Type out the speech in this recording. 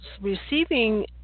receiving